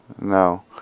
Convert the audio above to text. No